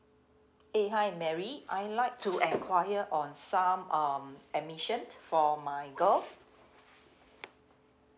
eh hi mary I'd like to enquire on some um admission for my girl